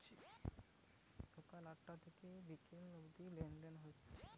সকাল আটটা থিকে বিকাল অব্দি লেনদেন হচ্ছে